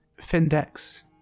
Findex